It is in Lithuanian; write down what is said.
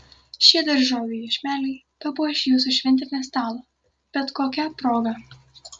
šie daržovių iešmeliai papuoš jūsų šventinį stalą bet kokia proga